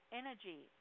energy